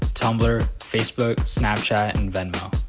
tumblr, facebook, snapchat, and venmo.